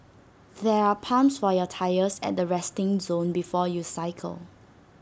there are pumps for your tyres at the resting zone before you cycle